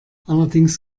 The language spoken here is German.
allerdings